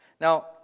Now